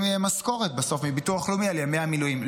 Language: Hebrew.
משכורת בסוף מביטוח לאומי על ימי המילואים.